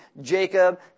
Jacob